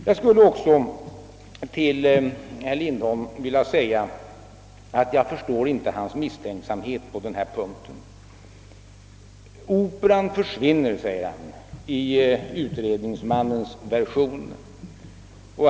Jag förstår inte herr Lindholms misstänksamhet på denna punkt. Operan försvinner, säger han, i utredningsmannens version.